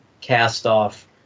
cast-off